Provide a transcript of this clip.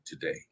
today